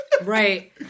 Right